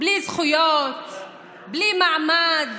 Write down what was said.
בלי זכויות, בלי מעמד.